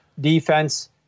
defense